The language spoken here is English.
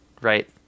right